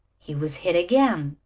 he was hit again,